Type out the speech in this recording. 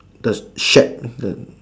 the shape of the